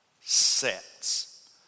sets